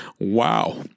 wow